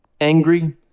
angry